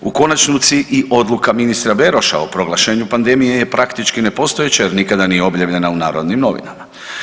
U konačnici i odluka ministra Beroša o proglašenju pandemije je praktički nepostojeća jer nikad nije objavljena u Narodnim novinama.